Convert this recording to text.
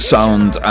Sound